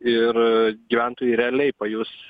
ir gyventojai realiai pajus